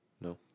No